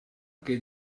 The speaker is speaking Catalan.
que